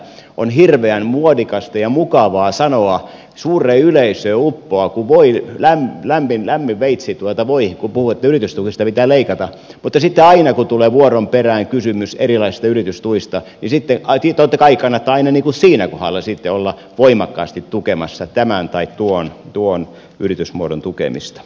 on hirveän muodikasta ja mukavaa sanoa suureen yleisöön uppoaa kuin lämmin veitsi voihin kun puhuu että yritystuista pitää leikata mutta sitten aina kun tulee vuoron perään kysymys erilaisista yritystuista niin totta kai kannatta siinä kohdassa sitten olla voimakkaasti tukemassa tämän tai tuon yritysmuodon tukemista